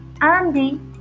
Andy